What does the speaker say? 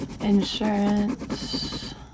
insurance